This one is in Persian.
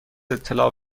اطلاع